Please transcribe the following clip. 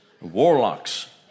warlocks